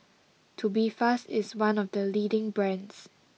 Tubifast is one of the leading brands